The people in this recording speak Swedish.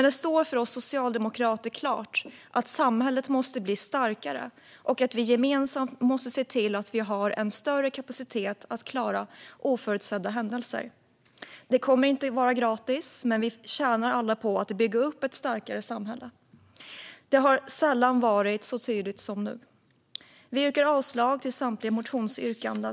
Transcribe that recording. Det står för oss socialdemokrater klart att samhället måste bli starkare och att vi gemensamt måste se till att vi har en större kapacitet att klara oförutsedda händelser. Det kommer inte att vara gratis, men vi tjänar alla på att bygga upp ett starkare samhälle. Det har sällan varit så tydligt som nu. Vi yrkar avslag på samtliga motionsyrkanden.